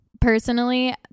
personally